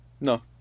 no